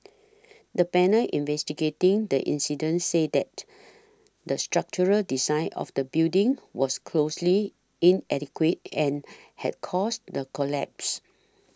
the panel investigating the incident said that the structural design of the building was grossly inadequate and had caused the collapse